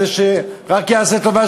שרק יעשה טובה,